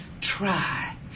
Try